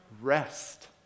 rest